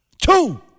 Two